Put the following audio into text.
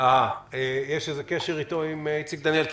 אירוע שאחרי 51 יום הוא נגמר.